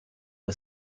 are